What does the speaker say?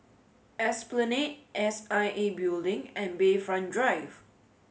Esplanade S I A Building and Bayfront Drive